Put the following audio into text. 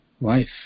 wife